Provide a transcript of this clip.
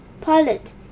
Pilot